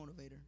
motivator